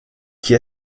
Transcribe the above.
qu’y